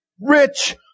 rich